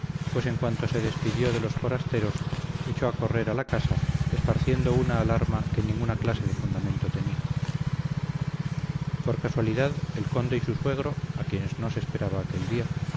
pues en cuanto se despidió de los forasteros echó a correr a la casa esparciendo una alarma que ninguna clase de fundamento tenía por casualidad el conde y su suegro a quienes no se esperaba aquel día